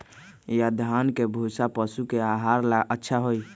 या धान के भूसा पशु के आहार ला अच्छा होई?